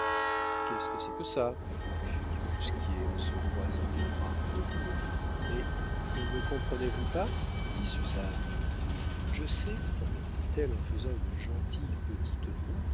qu'est-ce que c'est que ça fit du bousquier en se croisant les bras mais ne me comprenez-vous pas dit suzanne je sais reprit-elle en faisant une gentille petite moue